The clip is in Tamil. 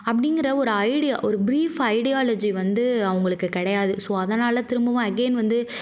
அப்படிங்கற ஒரு ஐடியா ஒரு ப்ரீஃப் ஐடியாலஜி வந்து அவங்களுக்கு கிடையாது ஸோ அதனால் திரும்பவும் அகைன் வந்து